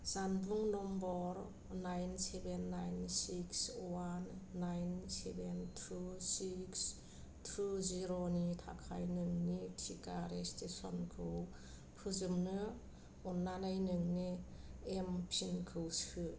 जानबुं number nine seven nine six one nine seven two six two zero नि थाखाय नोंनि टिका रेजिस्ट्रेसनखौ फोजोबनो अननानै नोंनि एमपिनखौ सो